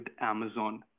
Amazon